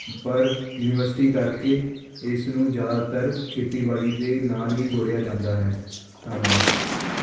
ਪਰ ਯੂਨੀਵਰਸਿਟੀ ਕਰਕੇ ਇਸ ਨੂੰ ਜ਼ਿਆਦਾਤਰ ਖੇਤੀਬਾੜੀ ਦੇ ਨਾਲ ਹੀ ਜੋੜਿਆ ਜਾਂਦਾ ਹੈ ਧੰਨਵਾਦ